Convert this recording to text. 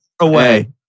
away